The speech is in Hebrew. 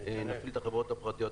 נכניס את החברות הפרטיות.